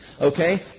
Okay